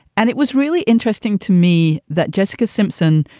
and it was really interesting to me that jessica simpson,